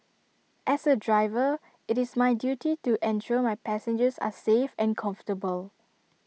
as A driver IT is my duty to ensure my passengers are safe and comfortable